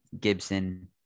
Gibson